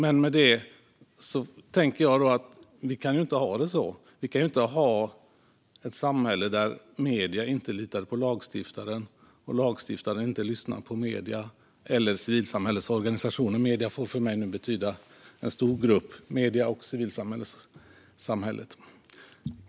Så kan vi inte ha det. Vi kan inte ha ett samhälle där medierna inte litar på lagstiftaren och där lagstiftaren inte lyssnar på medierna eller civilsamhällets organisationer. Medierna får här betyda en stor grupp, medierna och civilsamhället.